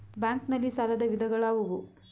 Bank ನಲ್ಲಿ ಸಾಲದ ವಿಧಗಳಾವುವು?